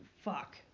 fuck